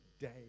day